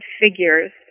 figures